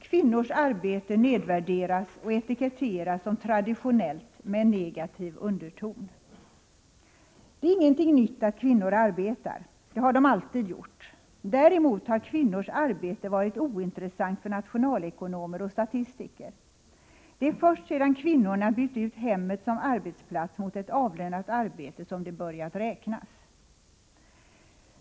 Kvinnors arbete nedvärderas och etiketteras som traditionellt med en negativ underton. Det är ingenting nytt att kvinnor arbetar. Det har de alltid gjort. Däremot har kvinnors arbete varit ointressant för nationalekonomer och statistiker. Det är först sedan kvinnorna bytt ut hemmet som arbetsplats mot ett avlönat arbete som det börjat räknas.